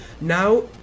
Now